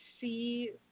see